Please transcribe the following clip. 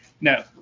no